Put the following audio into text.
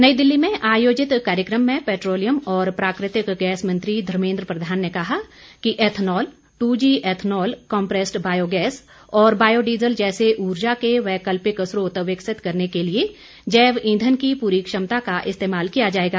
नई दिल्ली में आयोजित कार्यक्रम में पैट्रोलियम और प्राकृतिक गैस मंत्री धर्मेन्द्र प्रधान ने कहा कि ethanol two G ethanol compressed biogas और बायो डीजल जैसे ऊर्जा के वैकल्पिक स्रोत विकसित करने के लिए जैव ईंधन की पूरी क्षमता का इस्तेमाल किया जायेगा